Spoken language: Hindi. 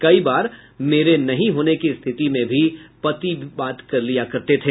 कई बार मेरे नहीं होने की स्थिति में पति भी बात कर लिया करते थे